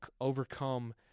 overcome